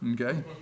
okay